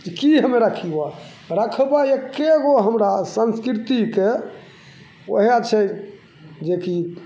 जे कि हम रखिअऽ रखबै एक्केगो हमरा संस्कृतिके वएह छै जेकि